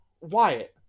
Wyatt